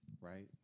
right